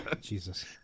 Jesus